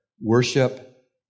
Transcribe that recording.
worship